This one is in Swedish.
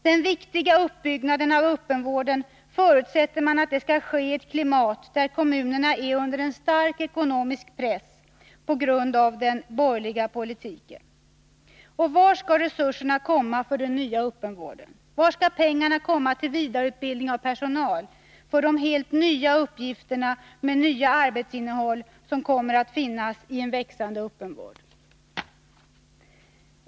Den viktiga uppbyggnaden av öppenvården förutsätts ske i ett klimat där kommunerna är under stark ekonomisk press på grund av den borgerliga politiken. Varifrån skall resurserna komma för den nya öppenvården? Varifrån skall pengarna komma till vidareutbildning av personal för de helt nya uppgifter och det nya arbetsinnehåll som kommer att finnas i en växande öppenvård?